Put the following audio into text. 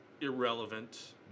irrelevant